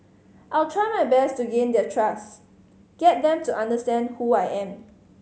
I'll try my best to gain their trust get them to understand who I am